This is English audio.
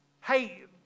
hey